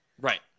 right